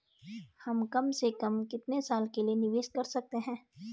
हम कम से कम कितने साल के लिए निवेश कर सकते हैं?